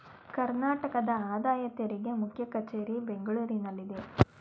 ಕರ್ನಾಟಕದ ಆದಾಯ ತೆರಿಗೆ ಮುಖ್ಯ ಕಚೇರಿ ಬೆಂಗಳೂರಿನಲ್ಲಿದೆ